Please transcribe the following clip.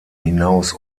hinaus